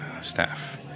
staff